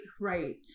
right